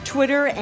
Twitter